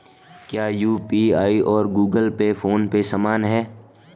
क्या यू.पी.आई और Google Pay PhonePe समान हैं?